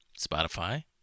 Spotify